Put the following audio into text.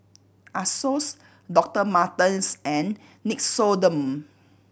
Asos Doctor Martens and Nixoderm